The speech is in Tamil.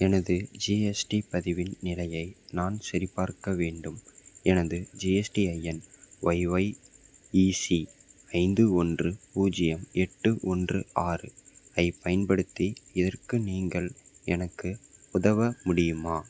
எனது ஜிஎஸ்டி பதிவின் நிலையை நான் சரிபார்க்க வேண்டும் எனது ஜிஎஸ்டிஐஎன் ஒய்ஒய்இசி ஐந்து ஒன்று பூஜ்ஜியம் எட்டு ஒன்று ஆறு ஐப் பயன்படுத்தி இதற்கு நீங்கள் எனக்கு உதவ முடியுமா